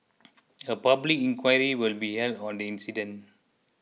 a public inquiry will be held on the incident